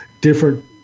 different